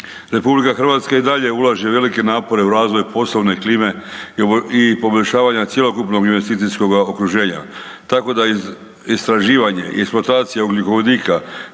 energije. RH i dalje ulaže velike napore u razvoj poslovne klime i poboljšavanja cjelokupnog investicijskog okruženja tako da istraživanje i eksploatacija ugljikovodika